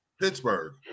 pittsburgh